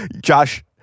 Josh